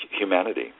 humanity